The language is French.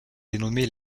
dénommée